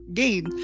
gain